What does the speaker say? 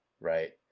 right